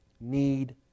Need